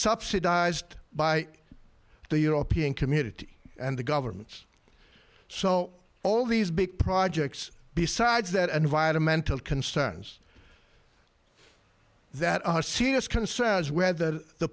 subsidized by the european community and the governments so all these big projects besides that environmental concerns that are serious concerns whether the